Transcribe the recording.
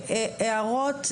הערות,